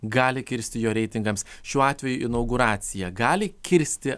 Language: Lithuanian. gali kirsti jo reitingams šiuo atveju inauguracija gali kirsti